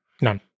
None